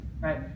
right